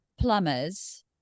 plumbers